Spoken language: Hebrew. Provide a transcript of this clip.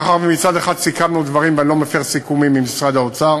מאחר שמצד אחד סיכמנו דברים ואני לא מפר סיכומים עם משרד האוצר,